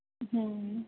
हुँ